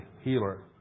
healer